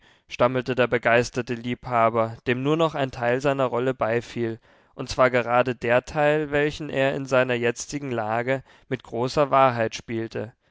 stammelte der begeisterte liebhaber dem nur noch ein teil seiner rolle beifiel und zwar gerade der teil welchen er in seiner jetzigen lage mit großer wahrheit spielte